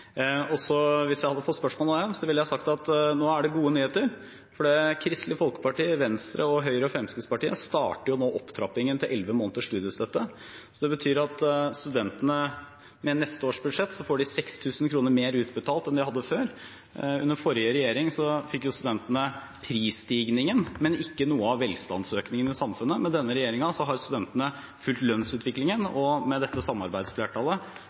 Hvis jeg hadde fått spørsmål om det, ville jeg sagt: Nå er det gode nyheter, for Kristelig Folkeparti, Venstre, Høyre og Fremskrittspartiet starter opptrappingen til elleve måneders studiestøtte. Det betyr at studentene ved neste års budsjett får utbetalt 6 000 kr mer enn de fikk før. Under den forrige regjeringen fikk studentene prisstigningen, men ikke noe av velstandsøkningen i samfunnet. Med denne regjeringen har studentene fulgt lønnsutviklingen, og med dette samarbeidsflertallet